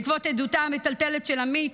בעקבות עדותה המטלטלת של עמית,